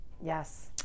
Yes